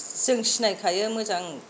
जों सिनायखायो मोजां